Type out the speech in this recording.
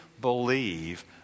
believe